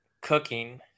cooking